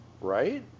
right